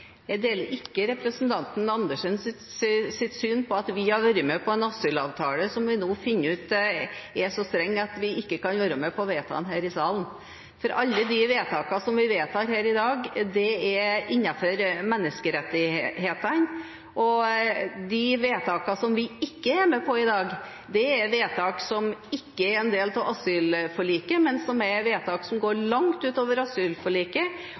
Jeg deler ikke representanten Andersens syn om at vi har vært med på en asylavtale vi nå finner ut at er så streng at vi ikke kan være med på å vedta den her i salen. Alle vedtakene vi fatter her i dag, er innenfor menneskerettighetene, og de vedtakene vi ikke er med på i dag, er vedtak som ikke er en del av asylforliket, men som er vedtak som går langt utover asylforliket.